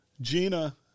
Gina